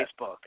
Facebook